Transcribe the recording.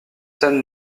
scène